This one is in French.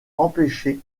empêché